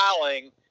filing